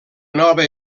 nova